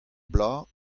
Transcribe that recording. bloaz